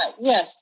Yes